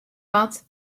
wat